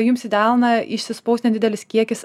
jums į delną išsispaus nedidelis kiekis